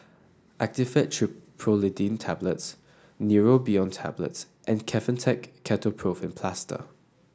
Actifed Triprolidine Tablets Neurobion Tablets and Kefentech Ketoprofen Plaster